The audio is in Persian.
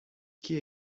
کیه